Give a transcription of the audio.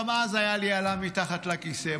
גם אז הייתה לי אלה מתחת לכיסא,